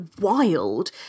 wild